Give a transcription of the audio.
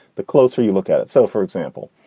the closer you look at it. so, for example,